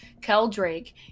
Keldrake